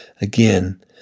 again